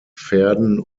verden